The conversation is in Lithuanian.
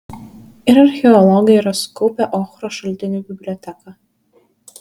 ir archeologai yra sukaupę ochros šaltinių biblioteką